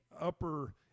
upper